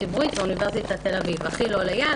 ציבורית באוניברסיטת תל אביב הכי לא ליד,